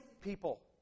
people